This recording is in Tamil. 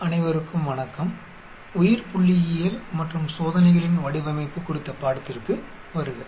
அனைவருக்கும் வணக்கம் உயிர்புள்ளியியல் மற்றும் சோதனைகளின் வடிவமைப்பு குறித்த பாடத்திற்கு வருக